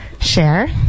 share